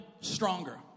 stronger